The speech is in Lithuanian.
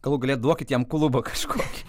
galų gale duokit jam klubą kažkokį